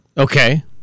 Okay